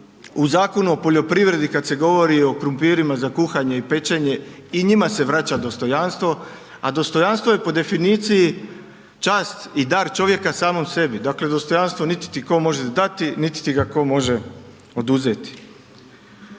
u Zakonu o poljoprivredi, kad se govori o krumpirima za kuhanje i pečenje, i njima se vraća dostojanstvo, a dostojanstvo je po definiciji čast i dar čovjeka samom sebi. Dakle, dostojanstvo niti ti tko može dati niti ti ga tko može oduzeti.